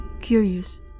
Curious